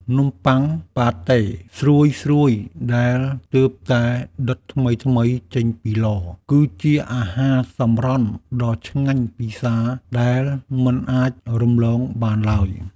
នំបុ័ងប៉ាតេស្រួយៗដែលទើបតែដុតថ្មីៗចេញពីឡ គឺជាអាហារសម្រន់ដ៏ឆ្ងាញ់ពិសាដែលមិនអាចរំលងបានឡើយ។